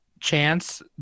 Chance